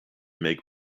make